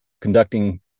conducting